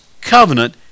covenant